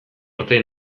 arte